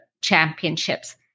Championships